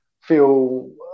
feel